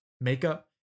makeup